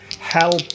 help